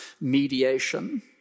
mediation